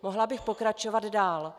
Mohla bych pokračovat dál.